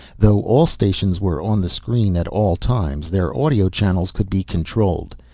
though all stations were on the screen at all times, their audio channels could be controlled.